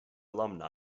alumni